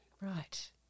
right